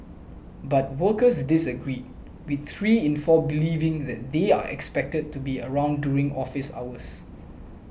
but workers disagreed with three in four believing that they are expected to be around during office hours